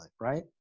right